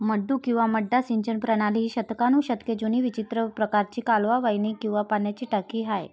मड्डू किंवा मड्डा सिंचन प्रणाली ही शतकानुशतके जुनी विचित्र प्रकारची कालवा वाहिनी किंवा पाण्याची टाकी आहे